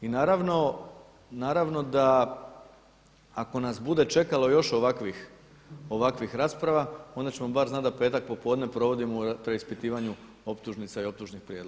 I naravno da ako nas bude čekalo još ovakvih rasprava onda ćemo barem znati da petak popodne provodimo u preispitivanju optužnica i optužnih prijedloga.